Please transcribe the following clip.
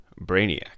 Brainiac